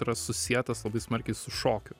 yra susietas labai smarkiai su šokiu